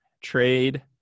trade